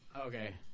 Okay